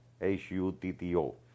H-U-T-T-O